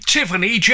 Tiffany